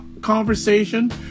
conversation